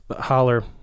holler